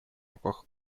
руках